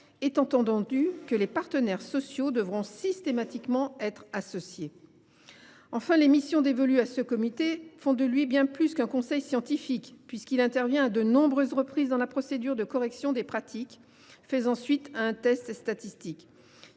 étant entendu que les partenaires sociaux devront systématiquement y être associés. Enfin, les missions dévolues à ce comité feraient de lui bien plus qu’un conseil scientifique, puisqu’il interviendrait à de nombreuses reprises dans la procédure de correction des pratiques faisant suite à un test statistique.